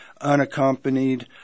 unaccompanied